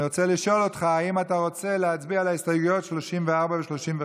אני רוצה לשאול אותך: האם אתה רוצה להצביע על הסתייגויות 34 ו-35?